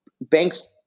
Banks